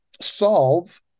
Solve